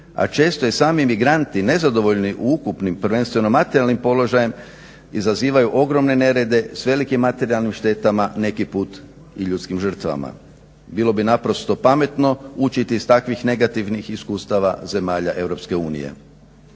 a često sami migranti nezadovoljni ukupnim, prvenstveno materijalnim položajem izazivaju ogromne nerede s velikim materijalnim štetama neki put i ljudskim žrtvama. Bilo bi naprosto pametno učiti iz takvih negativnih iskustava zemalja EU.